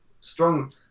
strong